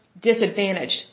disadvantaged